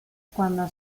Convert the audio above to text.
cuando